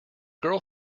girl